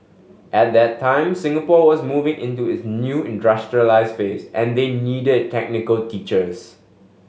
at that time Singapore was moving into its new industrialised phase and they needed technical teachers